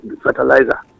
fertilizer